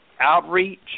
outreach